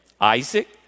Isaac